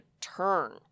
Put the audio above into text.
turn